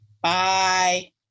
bye